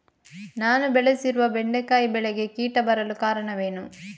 ನಾನು ಬೆಳೆಸಿರುವ ಬೆಂಡೆಕಾಯಿ ಬೆಳೆಗೆ ಕೀಟ ಬರಲು ಕಾರಣವೇನು?